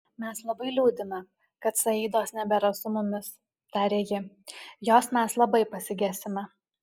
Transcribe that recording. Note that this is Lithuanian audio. mes labai liūdime kad saidos nebėra su mumis tarė ji jos mes labai pasigesime